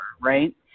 right